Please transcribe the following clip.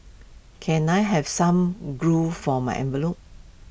can I have some glue for my envelopes